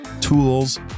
tools